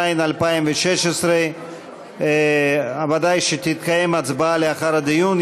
התשע"ז 2016. ודאי שתתקיים הצבעה, לאחר הדיון.